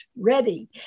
ready